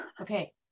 Okay